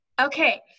Okay